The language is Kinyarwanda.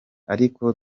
ariko